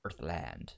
Earthland